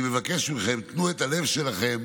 אני מבקש מכם, תנו את הלב שלכם